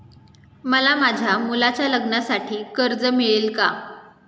मला माझ्या मुलाच्या लग्नासाठी कर्ज मिळेल का?